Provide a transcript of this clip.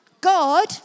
God